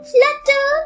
Flutter